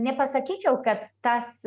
nepasakyčiau kad tas